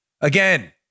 Again